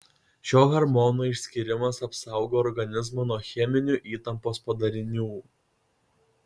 šio hormono išskyrimas apsaugo organizmą nuo cheminių įtampos padarinių